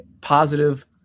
positive